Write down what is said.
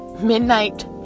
Midnight